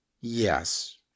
Yes